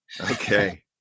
Okay